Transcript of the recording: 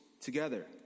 together